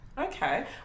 okay